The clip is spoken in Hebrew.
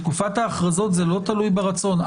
זה לא תלוי ברצון.